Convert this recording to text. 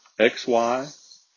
XY